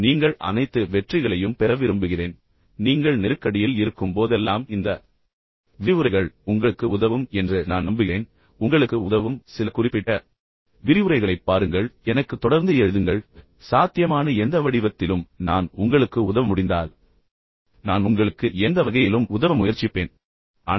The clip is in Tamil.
எனவே நீங்கள் அனைத்து வெற்றிகளையும் பெற விரும்புகிறேன் நீங்கள் நெருக்கடியில் இருக்கும்போதெல்லாம் இந்த விரிவுரைகள் உங்களுக்கு உதவும் என்று நான் நம்புகிறேன் உங்களுக்கு உதவும் சில குறிப்பிட்ட விரிவுரைகளைப் பாருங்கள் எனக்கு தொடர்ந்து எழுதுங்கள் மேலும் சாத்தியமான எந்த வடிவத்திலும் நான் உங்களுக்கு உதவ முடிந்தால் நான் உங்களுக்கு எந்த வகையிலும் உதவ முயற்சிப்பேன்